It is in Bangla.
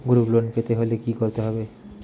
গ্রুপ লোন পেতে হলে কি করতে হবে?